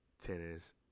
tennis